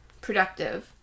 productive